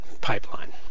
pipeline